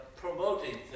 promoting